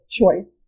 choice